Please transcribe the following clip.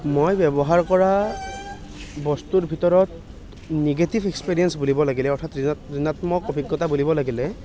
মই ব্যৱহাৰ কৰা বস্তুৰ ভিতৰত নিগেটিভ এক্সপেৰিয়েন্স বুলিব লাগিলে অৰ্থাৎ ঋণাত্মক অভিজ্ঞতা বুলিব লাগিলে